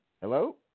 Hello